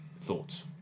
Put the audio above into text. Thoughts